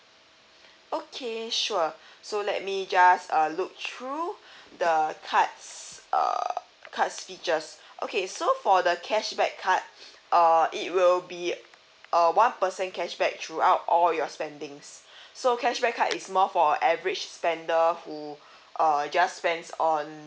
okay sure so let me just uh look through the cards uh cards features okay so for the cashback card uh it will be uh one percent cashback throughout all your spendings so cashback card is more for average spender who uh just spends on